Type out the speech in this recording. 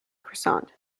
croissant